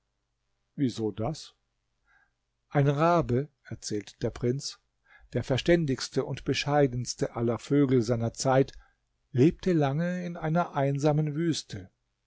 wieso das ein rabe erzählte der prinz der verständigste und bescheidenste aller vögel seiner zeit lebte lange in einer einsamen wüste